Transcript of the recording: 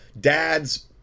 dad's